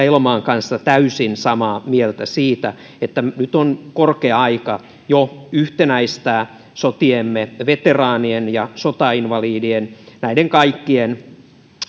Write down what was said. elomaan kanssa täysin samaa mieltä siitä että nyt on jo korkea aika yhtenäistää sotiemme veteraanien ja sotainvalidien näiden kaikkien